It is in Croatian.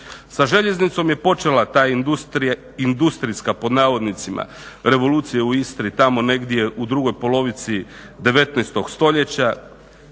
Sa željeznicom je počela ta industrijska "revolucija" u Istri tamo negdje u drugoj polovici 19.stoljeća,